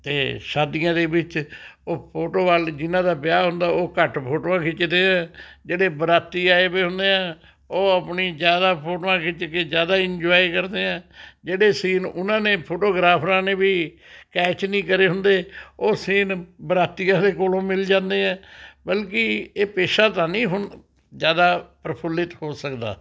ਅਤੇ ਸ਼ਾਦੀਆਂ ਦੇ ਵਿੱਚ ਉਹ ਫੋਟੋ ਵੱਲ ਜਿਨ੍ਹਾਂ ਦਾ ਵਿਆਹ ਹੁੰਦਾ ਉਹ ਘੱਟ ਫੋਟੋਆਂ ਖਿੱਚਦੇ ਹੈ ਜਿਹੜੇ ਬਰਾਤੀ ਆਏ ਵੇ ਹੁੰਦੇ ਹੈ ਉਹ ਆਪਣੀ ਜ਼ਿਆਦਾ ਫੋਟੋਆਂ ਖਿੱਚ ਕੇ ਜ਼ਿਆਦਾ ਇੰਨਜੋਅਯ ਕਰਦੇ ਹੈ ਜਿਹੜੇ ਸੀਨ ਉਹਨਾਂ ਨੇ ਫੋਟੋਗ੍ਰਾਫਰਾਂ ਨੇ ਵੀ ਕੈਚ ਨਹੀਂ ਕਰੇ ਹੁੰਦੇ ਉਹ ਸੀਨ ਬਰਾਤੀਆਂ ਦੇ ਕੋਲੋਂ ਮਿਲ ਜਾਂਦੇ ਹੈ ਬਲਕਿ ਇਹ ਪੇਸ਼ਾ ਤਾਂ ਨਹੀਂ ਹੁਣ ਜ਼ਿਆਦਾ ਪ੍ਰਫੁੱਲਿਤ ਹੋ ਸਕਦਾ